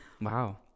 Wow